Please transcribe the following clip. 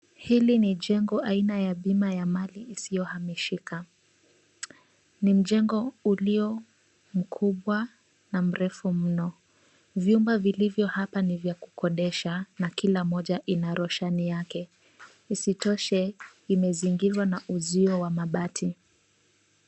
Hii ni jengo aina ya bima ya mali isiyohamishika. Ni mjengo ulio mkubwa na mrefu mno. Vyumba vilivyo hapa ni vya kukodesha na kila moja ina roshani yake, isitoshe, imezingirwa na uzio wa mabati.